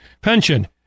pension